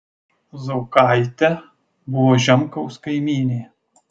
zaukaitė buvo žemkaus kaimynė